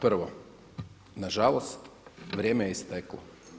Prvo na žalost vrijeme je isteklo.